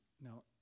Now